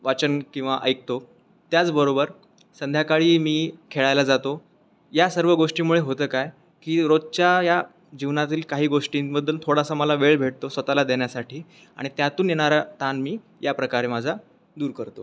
वाचन किंवा ऐकतो त्याचबरोबर संध्याकाळी मी खेळायला जातो या सर्व गोष्टीमुळे होतं काय की रोजच्या या जीवनातील काही गोष्टींबद्दल थोडासा मला वेळ भेटतो स्वतःला देण्यासाठी आणि त्यातून येणारा ताण मी याप्रकारे माझा दूर करतो